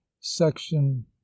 section